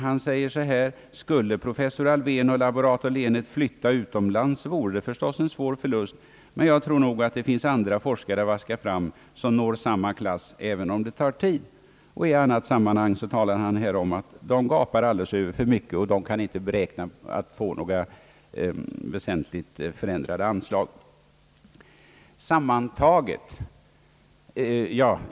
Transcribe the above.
Han säger så här: »Skulle professor Alfvén och laborator Lehnert flytta utomlands vore det förstås en svår förlust, men jag tror nog att det finns andra forskare att vaska fram som når samma klass, även om det tar tid.» I annat sammanhang säger landshövding Lemne att de gapar efter alldeles för mycket och att de inte kan räkna med att få några väsentligt förändrade anslag.